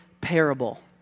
parable